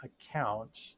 account